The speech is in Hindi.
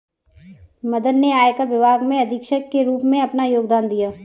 मदन ने आयकर विभाग में अधीक्षक के रूप में अपना योगदान दिया